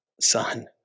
son